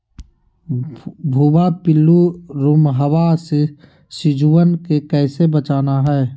भुवा पिल्लु, रोमहवा से सिजुवन के कैसे बचाना है?